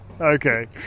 okay